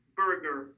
burger